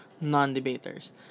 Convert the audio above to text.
non-debaters